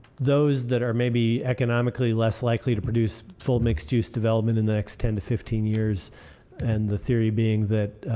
those that are maybe economically less likely to produce full mixed use development in the next ten to fifteen years and the theory being that